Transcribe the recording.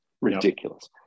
ridiculous